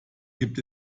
gibt